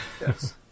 yes